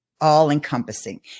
all-encompassing